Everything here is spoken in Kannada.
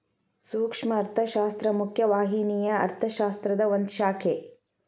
ಸೂಕ್ಷ್ಮ ಅರ್ಥಶಾಸ್ತ್ರ ಮುಖ್ಯ ವಾಹಿನಿಯ ಅರ್ಥಶಾಸ್ತ್ರದ ಒಂದ್ ಶಾಖೆ